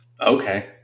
Okay